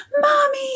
Mommy